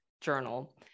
journal